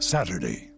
Saturday